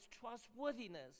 trustworthiness